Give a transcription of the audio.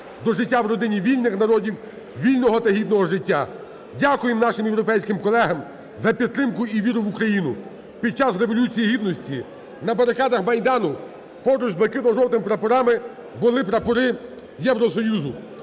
до життя в родині вільних народів, вільного та гідного життя. Дякуємо нашим європейським колегам за підтримку і віру в Україну. Під час Революції Гідності, на барикадах майдану поруч з блакитно-жовтими прапорами були прапори Євросоюзу.